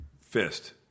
fist